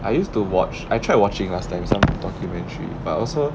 I used to watch I tried watching last time some documentary but also